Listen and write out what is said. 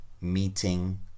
meeting